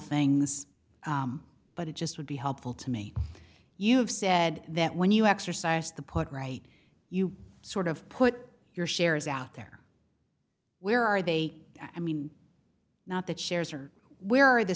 things but it just would be helpful to me you've said that when you x or science the put right you sort of put your shares out there where are they i mean not that shares or where are the